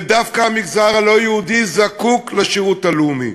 ודווקא המגזר הלא-יהודי זקוק לשירות הלאומי,